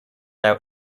out